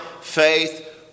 faith